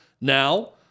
Now